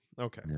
Okay